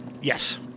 Yes